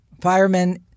Firemen